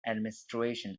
administration